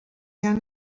han